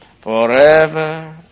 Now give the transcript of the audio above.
Forever